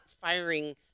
firing